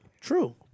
True